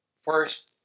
First